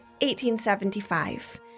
1875